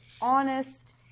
honest